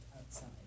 outside